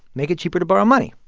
make it cheaper to borrow money.